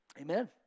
Amen